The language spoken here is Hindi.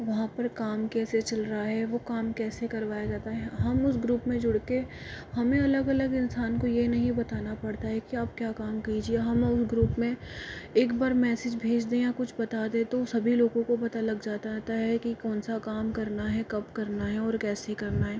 वहाँ पर काम कैसे चल रहा है वो काम कैसे करवाया जाता है हम उस ग्रुप में जुड़ कर हमें अलग अलग इंसान को यह नहीं बताना पड़ता है कि आप क्या काम कीजिये हम उन ग्रुप में एक बार मैसेज भेज दें या कुछ बता दें तो सभी लोगो को पता लग जाता है कि कौन सा काम करना है कब करना है और कैसे करना है